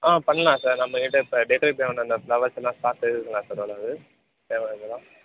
ஆ பண்ணலாம் சார் நம்மக்கிட்டே இப்போ டெக்கரேட்க்கு தேவையான இந்த ஃப்ளவர்ஸெல்லாம் ஸ்டாக் இருக்குதுங்களா சார் ஓரளவு தேவையானதெல்லாம்